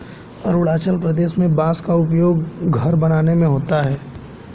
अरुणाचल प्रदेश में बांस का उपयोग घर बनाने में होता है